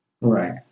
Right